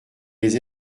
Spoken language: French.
les